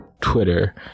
Twitter